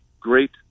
great